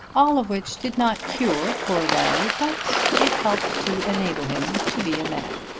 all of which did not cure poor larry, but it helped to enable him to be a man.